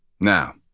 Now